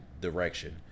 direction